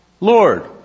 Lord